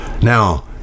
Now